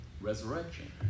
resurrection